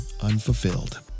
unfulfilled